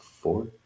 four